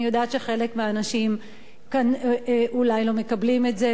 אני יודעת שחלק מהאנשים כאן אולי לא מקבלים את זה,